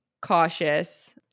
cautious